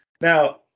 Now